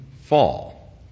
fall